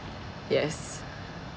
yes